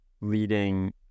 leading